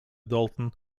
dalton